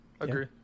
Agree